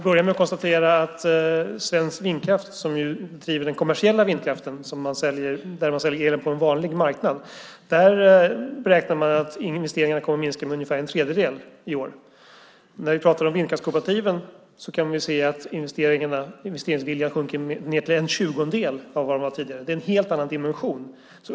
Fru talman! Svensk Vindkraftförening som driver den kommersiella vindkraften och säljer elen på en vanlig marknad räknar med att investeringarna kommer att minska med ungefär en tredjedel i år. När vi talar om vindkraftskooperativen kan vi se att investeringsviljan sjunker ned till en tjugondel av vad den var tidigare. Det är en helt annan dimension.